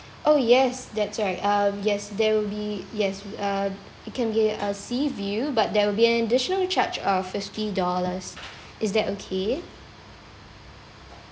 oh yes that's right um yes there will be yes uh it can be a sea view but there will be an additional charge of fifty dollars is that okay